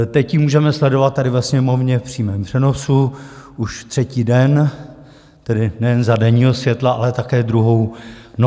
Teď ji můžeme sledovat tady ve Sněmovně v přímém přenosu už třetí den, tedy nejen za denního světla, ale také druhou noc.